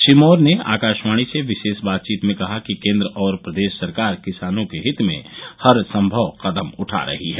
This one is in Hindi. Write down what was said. श्री मार्य ने आकाशवाणी से विशेष बातचीत में कहा कि केन्द्र और प्रदेश सरकार किसानों के हित में हर संभव कदम उठा रही है